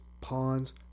ponds